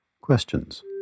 questions